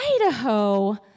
Idaho